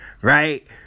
right